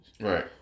right